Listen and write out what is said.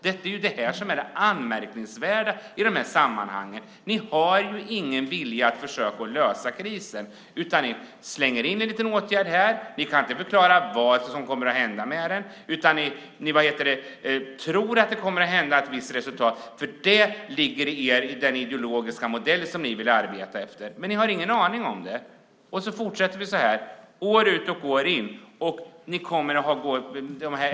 Det som är det anmärkningsvärda är att ni inte har någon vilja att försöka lösa krisen. Ni slänger in en liten åtgärd här, men ni kan inte förklara vad som kommer att hända med den. Ni tror att det kommer att leda till ett visst resultat, för det ligger i den ideologiska modell som ni vill arbeta efter, men ni har ingen aning om det. Så här fortsätter det år ut och år in.